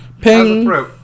Ping